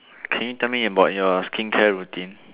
can you tell me about your skincare routine